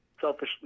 selfishly